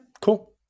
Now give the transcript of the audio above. cool